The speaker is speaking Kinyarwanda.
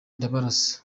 ndabarasa